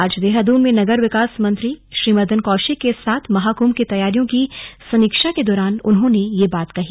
आज देहरादून में नगर विकास मंत्री श्री मदन कौशिक के साथ महाकुंभ की तैयारियों की समीक्षा के दौरान उन्होंने यह बात कही